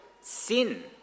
sin